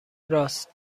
راست